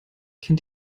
kennt